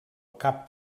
cap